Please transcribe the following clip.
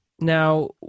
Now